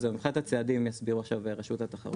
וזהו, מבחינת הצעדים יסבירו עכשיו רשות התחרות.